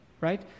right